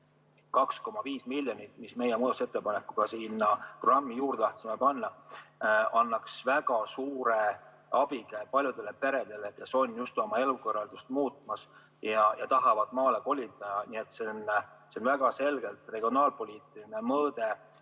2,5 miljonit, mis meie muudatusettepanekuga sinna programmi juurde oleks vaja panna, annaks väga suure abi paljudele peredele, kes on oma elukorraldust muutmas ja tahavad maale kolida. See on väga selgelt regionaalpoliitiline mõõde